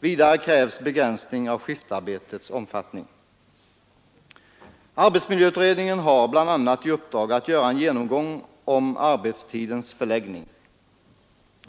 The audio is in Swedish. Vidare krävs begränsning av skiftarbetets omfattning. Arbetsmiljöutredningen har bl.a. i uppdrag att göra en genomgång av arbetstidens förläggning.